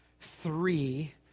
three